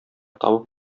табып